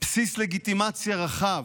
בסיס לגיטימציה רחב,